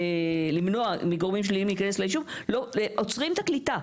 למנוע מגורמים שליליים להיכנס לישוב עוצרים את הקליטה.